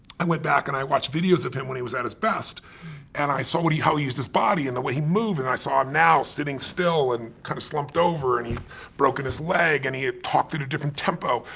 i went back and i watched videos of him when he was at his best and i saw what he, how he used his body and the way he moved and i saw him now sitting still and kind of slumped over and he'd broken his leg and he talked in a different tempo.